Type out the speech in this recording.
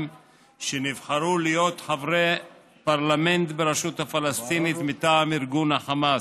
שנבחרו להיות חברי פרלמנט ברשות הפלסטינית מטעם ארגון החמאס,